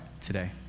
today